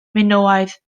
minoaidd